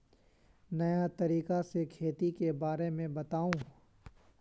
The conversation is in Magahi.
नया तरीका से खेती के बारे में बताऊं?